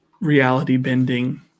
reality-bending